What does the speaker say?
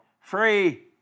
free